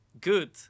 good